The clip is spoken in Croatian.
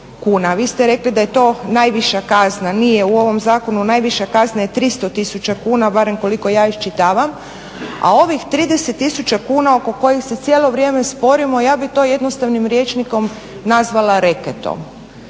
Vi ste rekli da je to najviša kazna, nije. U ovom zakonu najviša kazna je 300 tisuća kuna barem koliko ja iščitavam a ovih 30 tisuća kuna oko kojeg se cijelo vrijeme sporimo, ja bi to jednostavnim rječnikom nazvala reketom.